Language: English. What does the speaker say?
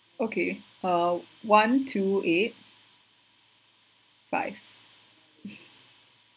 okay uh one two eight five